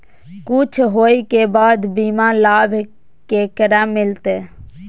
कुछ होय के बाद बीमा लाभ केकरा मिलते?